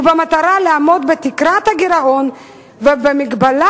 ובמטרה לעמוד בתקרת הגירעון ובמגבלת